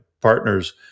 partners